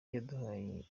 yaduhaye